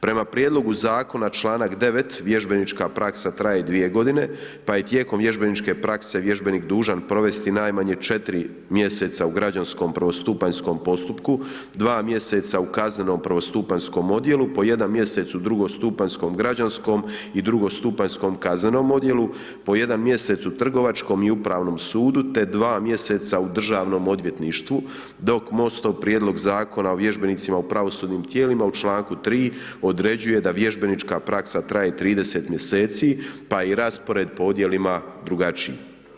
Prema prijedlogu zakona članak 9. vježbenička praksa traje 2 godine, pa je tijekom vježbeničke prakse vježbenik dužan provesti najmanje 4 mjeseca u građanskom prvostupanjskom postupku, 2 mjeseca u kaznenom prvostupanjskom odjelu, po 1 mjesec u drugostupanjskom građanskom i drugostupanjskom kaznenom odjelu, po 1 mjesec u Trgovačkom i Upravnom sudu, te 2 mjeseca u državnom odvjetništvu dok MOST-ov prijedlog zakona o vježbenicima u pravosudnim tijelima u članku 3. određuje da vježbenička praksa traje 30 mjeseci pa je raspored po odjelima drugačiji.